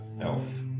Elf